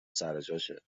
سرجاشه